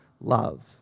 love